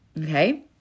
Okay